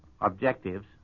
objectives